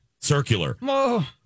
Circular